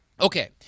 Okay